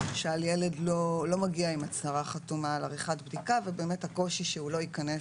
שהילד לא מגיע עם הצהרה חתומה על עריכת בדיקה ובאמת הקושי שהוא לא ייכנס